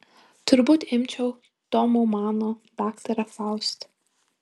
turbūt imčiau tomo mano daktarą faustą